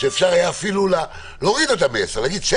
פקקים גורמים להתפשטות הנגיף?